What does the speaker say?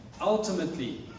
Ultimately